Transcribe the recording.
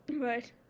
Right